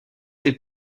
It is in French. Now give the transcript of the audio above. est